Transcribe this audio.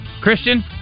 Christian